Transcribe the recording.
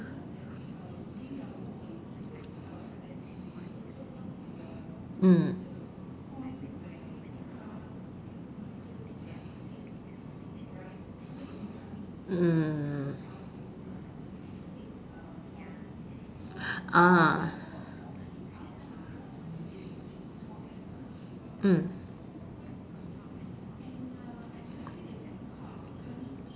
mm mm ah mm